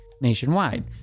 nationwide